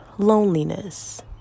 Loneliness